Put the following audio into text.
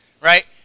right